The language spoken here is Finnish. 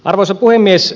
arvoisa puhemies